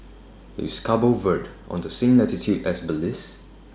IS Cabo Verde on The same latitude as Belize